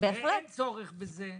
אין צורך בזה.